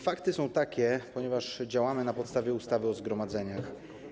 Fakty są takie, ponieważ działamy na podstawie ustawy o zgromadzeniach.